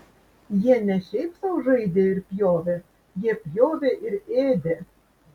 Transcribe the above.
jie ne šiaip sau žaidė ir pjovė jie pjovė ir ėdė